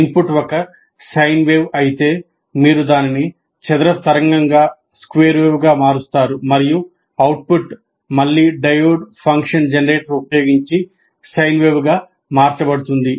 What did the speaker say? input ఒక sine wave అయితే మీరు దానిని చదరపు తరంగంగా మారుస్తారు మరియు అవుట్పుట్ మళ్లీ డయోడ్ ఫంక్షన్ జెనరేటర్ ఉపయోగించి సైన్ వేవ్ గా మార్చబడుతుంది